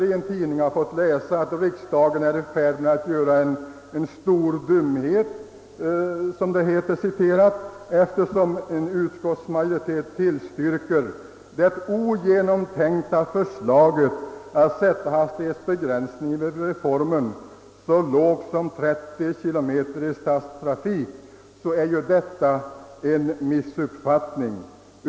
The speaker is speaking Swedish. I en tidning har man kunnat läsa att riksdagen är i färd med att göra »en stor dumhet», eftersom utskottsmajoriteten tillstyrker» det ogenomtänkta förslaget att sätta hastighetsbegränsningen vid reformen så lågt som till 30 kilometer i stadstrafik». Detta är en missuppfattning.